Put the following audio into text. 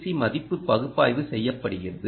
C மதிப்பு பகுப்பாய்வு செய்யப்படுகிறது